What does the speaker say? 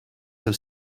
have